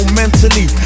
mentally